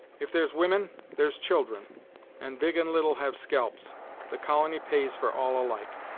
if there's women, there's children and big and little have scalps the colony pays for all alike.